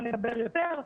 ילדים והורים,